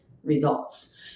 Results